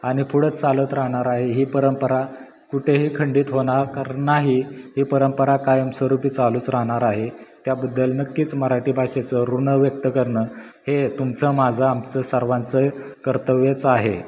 आणि पुढं चालत राहणार आहे ही परंपरा कुठेही खंडित होणार कारण नाही ही परंपरा कायमस्वरूपी चालूच राहणार आहे त्याबद्दल नक्कीच मराठी भाषेचं ऋण व्यक्त करणं हे तुमचं माझं आमचं सर्वांचं कर्तव्यच आहे